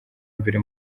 mbere